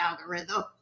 algorithm